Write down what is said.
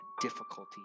difficulty